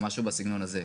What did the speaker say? או משהו בסגנון הזה.